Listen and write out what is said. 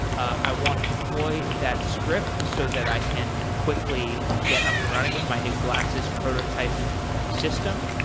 i want to deploy that script so that i can quickly get up and running with my new glasses prototype system.